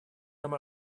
нам